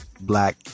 Black